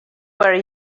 where